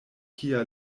kia